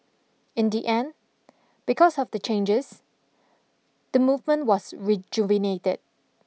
in the end because of the changes the movement was rejuvenated